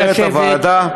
נא לשבת.